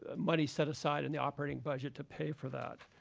ah money set aside in the operating budget to pay for that.